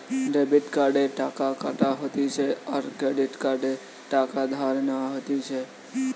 debit কার্ডে টাকা কাটা হতিছে আর ক্রেডিটে টাকা ধার নেওয়া হতিছে